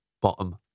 bottom